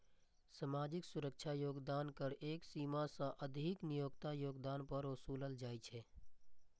सामाजिक सुरक्षा योगदान कर एक सीमा सं अधिक नियोक्ताक योगदान पर ओसूलल जाइ छै